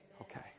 okay